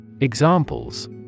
Examples